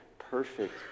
Perfect